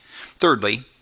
thirdly